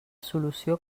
solució